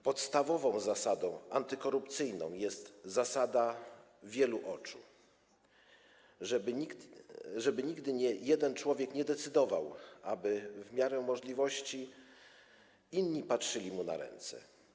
Podstawową zasadą antykorupcyjną jest zasada wielu oczu, żeby nigdy jeden człowiek nie decydował, aby w miarę możliwości inni patrzyli mu na ręce.